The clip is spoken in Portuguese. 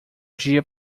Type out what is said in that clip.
dia